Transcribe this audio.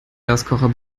gaskocher